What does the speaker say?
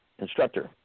instructor